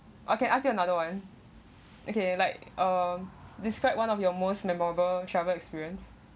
okay I ask you another one okay like uh describe one of your most memorable travel experience